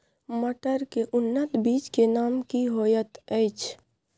मटर के उन्नत बीज के नाम की होयत ऐछ?